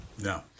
No